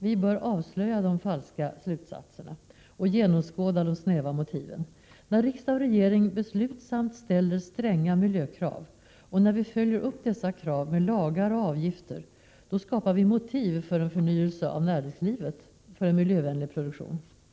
Vi bör avslöja sådana falska slutsatser och genomskåda de snäva motiven. När riksdag och regering beslutsamt ställer stränga miljökrav och när vi följer upp dessa krav med lagar och avgifter, skapar vi motiv för en förnyelse av näringslivet till förmån för en miljövänlig produktion.